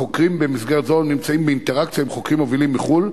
החוקרים במסגרת זו נמצאים באינטראקציה עם חוקרים מובילים מחו"ל,